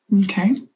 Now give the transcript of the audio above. Okay